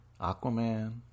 Aquaman